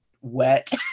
wet